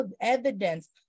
evidence